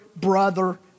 brother